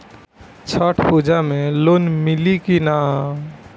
छठ पूजा मे लोन मिली की ना?